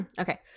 Okay